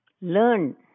learn